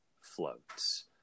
Floats